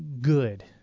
good